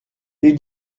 les